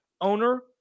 owner